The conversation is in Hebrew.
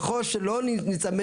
ככל שלא נציף